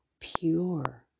pure